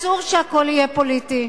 אסור שהכול יהיה פוליטי.